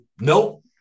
Nope